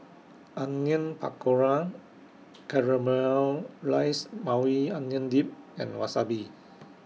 Onion Pakora Caramelized Maui Onion Dip and Wasabi